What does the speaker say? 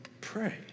pray